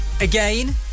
again